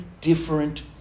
different